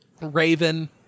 Raven